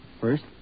First